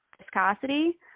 viscosity